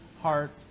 hearts